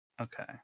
Okay